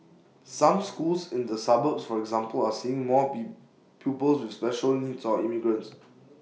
some schools in the suburbs for example are seeing more P pupils with special needs or immigrants